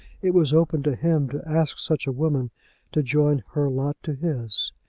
it was open to him to ask such woman to join her lot to his.